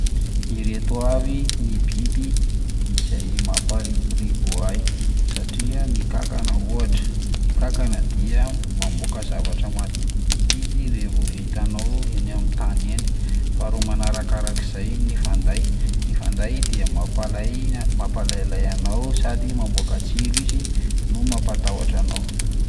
Ireto avy ny biby izay mampaharikoriko ahy: satria- ny kankana ohatra, ny kankana dia mamoaka zavatra madintidinty izy raha vao hitanao eny amin'ny tany eny; faharoa manarakarak'izay ny fanday, ny fanday dia mampalay- mampalailay anao sady mamoaka tsilo izy no mampatahotra anao.